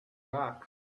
back